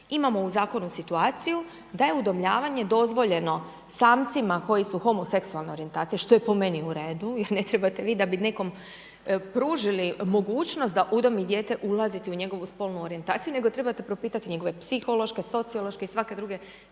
imamo u zakonu situaciju da je udomljavanje dozvoljeno samcima koji su homoseksualne orijentacije što je po meni u redu jer ne trebate vi da bi nekom pružili mogućnost da udomi dijete ulaziti u njegovu spolnu orijentaciju, nego trebate propitati njegove psihološke, sociološke i svake druge